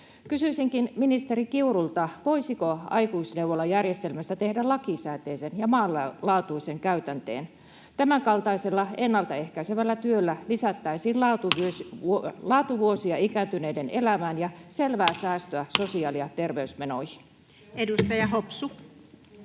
Kysyisinkin ministeri Kiurulta: voisiko aikuisneuvolajärjestelmästä tehdä lakisääteisen ja maanlaajuisen käytänteen? Tämänkaltaisella ennalta ehkäisevällä työllä lisättäisiin laatuvuosia ikääntyneiden elämään ja selvää säästöä sosiaali- ja terveysmenoihin. [Speech 117]